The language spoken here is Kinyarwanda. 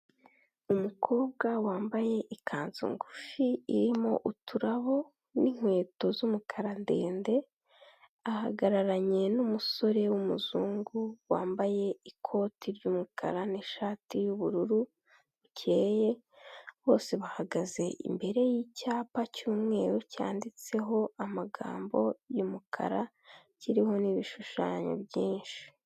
Umukobwa wambaye ikanzu ngufi irimo uturabo n'inkweto z'umukara ndende, ahagararanye n'umusore w'umuzungu wambaye ikoti ry'umukara n'ishati y'ubururu bukeye, bose bahagaze imbere y'icyapa cy'umweru cyanditseho amagambo y'umukara kiriho n'ibishushanyo byinshi.